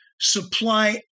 supply